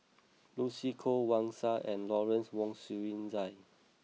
Lucy Koh Wang Sha and Lawrence Wong Shyun Tsai